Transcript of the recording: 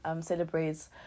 celebrates